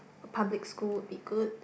a public school would be good